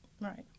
right